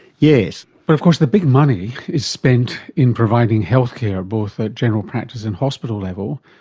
yes. but of course the big money is spent in providing healthcare, both at general practice and hospital level,